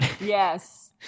Yes